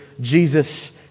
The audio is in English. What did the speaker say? Jesus